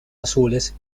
azules